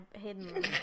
hidden